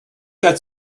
that